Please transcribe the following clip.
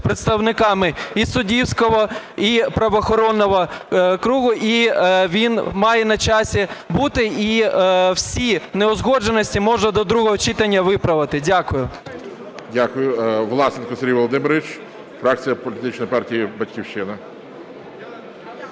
представниками і суддівського, і правоохоронного кола. І він має на часі бути. І всі неузгодженості можна до другого читання виправити. Дякую.